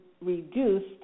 reduced